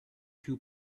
two